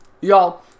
Y'all